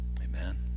Amen